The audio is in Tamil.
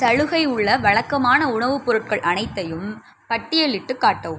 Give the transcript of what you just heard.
சலுகை உள்ள வழக்கமான உணவுப் பொருட்கள் அனைத்தையும் பட்டியலிட்டுக் காட்டவும்